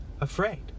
afraid